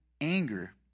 anger